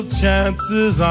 chances